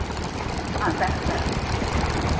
ആ തരാം തരാം